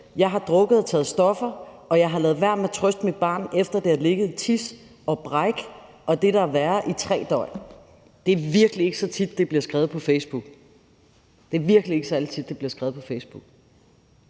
jeg har drukket og taget stoffer, og jeg har ladet være med at trøste mit barn, efter det har ligget i tis og bræk og det, der er værre, i 3 døgn. Det er virkelig ikke så tit, det bliver skrevet på Facebook; det er virkelig ikke særlig tit, det bliver skrevet på Facebook.